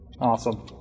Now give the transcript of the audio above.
Awesome